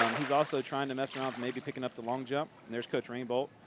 um he's also trying to mess around with maybe picking up the long jump. there's coach rainbolt.